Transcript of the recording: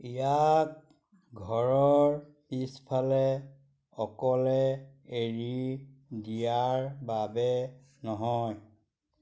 ইয়াক ঘৰৰ পিছফালে অকলে এৰি দিয়াৰ বাবে নহয়